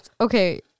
Okay